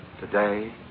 Today